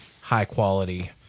high-quality